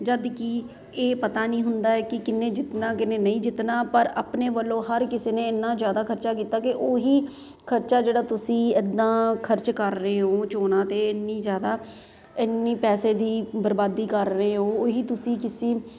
ਜਦ ਕਿ ਇਹ ਪਤਾ ਨਹੀਂ ਹੁੰਦਾ ਕਿ ਕਿਹਨੇ ਜਿੱਤਣਾ ਕਿਹਨੇ ਨਹੀਂ ਜਿੱਤਣਾ ਪਰ ਆਪਣੇ ਵੱਲੋਂ ਹਰ ਕਿਸੇ ਨੇ ਇੰਨਾਂ ਜ਼ਿਆਦਾ ਖਰਚਾ ਕੀਤਾ ਕਿ ਉਹੀ ਖਰਚਾ ਜਿਹੜਾ ਤੁਸੀਂ ਇੱਦਾਂ ਖਰਚ ਕਰ ਰਹੇ ਹੋ ਚੋਣਾਂ 'ਤੇ ਇੰਨੀ ਜ਼ਿਆਦਾ ਇੰਨੀ ਪੈਸੇ ਦੀ ਬਰਬਾਦੀ ਕਰ ਰਹੇ ਹੋ ਉਹੀ ਤੁਸੀਂ ਕਿਸੀ